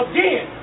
Again